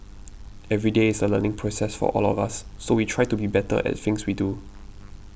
every day is a learning process for all of us so we try to be better at things we do